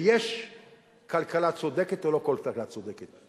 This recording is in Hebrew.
ויש כלכלה צודקת או כלכלה לא צודקת.